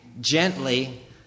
gently